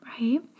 right